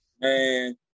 man